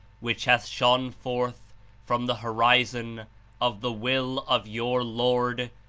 which hath shone forth from the horizon of the will of your lord,